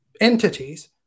entities